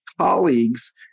colleagues